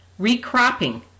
Recropping